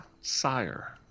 sire